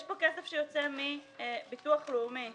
יש פה כסף שיוצא מביטוח לאומי.